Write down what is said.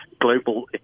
global